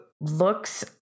looks